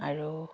আৰু